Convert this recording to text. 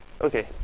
Okay